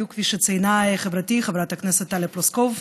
בדיוק כפי שציינה חברתי חברת הכנסת טלי פלוסקוב.